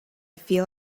feel